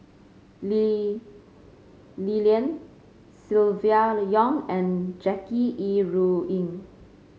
Lee Li Lian Silvia Yong and Jackie Yi Ru Ying